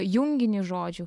junginį žodžių